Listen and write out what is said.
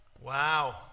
Wow